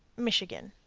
michigan.